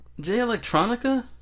J-Electronica